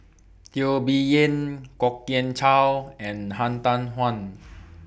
Teo Bee Yen Kwok Kian Chow and Han Tan Juan